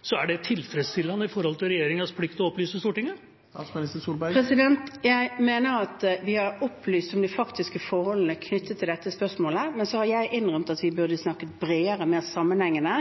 så er det tilfredsstillende med hensyn til regjeringas plikt til å opplyse Stortinget? Jeg mener at vi har opplyst om de faktiske forholdene knyttet til dette spørsmålet, men jeg har innrømt at vi burde snakket bredere og mer sammenhengende